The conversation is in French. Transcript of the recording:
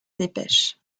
dépêche